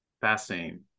Fascinating